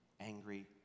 angry